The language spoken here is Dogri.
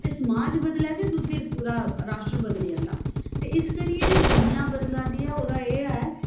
ते समाज बदले ते फिर पूरा राश्ट्र बदली जंदा ते इस करियै एह् दूनियां बदला दी ऐ ओह्दा एह् ऐ